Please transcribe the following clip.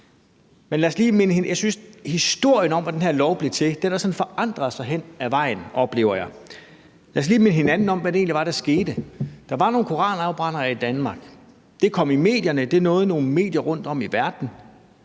historien om, hvordan den her lov blev til, sådan har forandret sig hen ad vejen. Lad os lige minde hinanden om, hvad det egentlig var, der skete. Der var nogle koranafbrændere i Danmark. Det nåede nogle medier rundtom i verden,